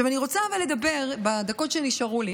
עכשיו, אני רוצה אבל לדבר בדקות שנשארו לי